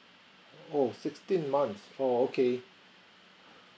oh sixteen months oh okay